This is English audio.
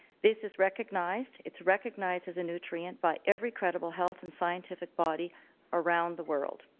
this is recognized, it's recognized as a nutrient by every credible health and scientific body around the world.